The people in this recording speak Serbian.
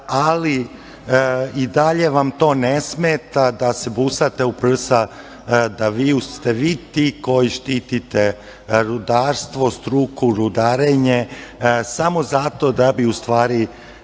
ali i dalje vam to ne smeta da se busate u prsa da ste vi ti koji štitite rudarstvo, struku, rudarenje, samo zato da bi u stvari